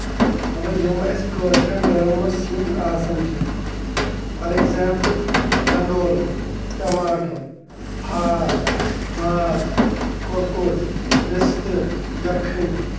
مطلب یِم اَسہِ کٲشِرٮ۪ن گرَن منٛز سِنۍ آسان چھِ فار اٮ۪کزامپٕل گنٛڈٕ ٲلوٕ ٹَماٹر ہاکھ ماز کۄکُر رِستہٕ یَکھنۍ